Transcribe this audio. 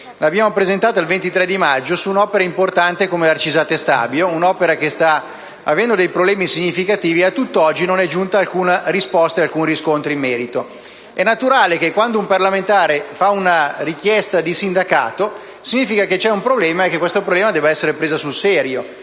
e dei trasporti, il 23 maggio, su un'opera importante come l'Arcisate-Stabio, un'opera che sta incontrando dei problemi significativi. A tutt'oggi non è giunta alcuna risposta e alcun riscontro in merito. È naturale che quando un parlamentare presenta un atto di sindacato ispettivo significa che c'è un problema e che quest'ultimo deve essere preso sul serio,